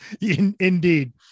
Indeed